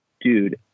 dude